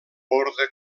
orde